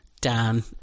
Dan